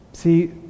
See